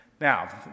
Now